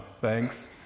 thanks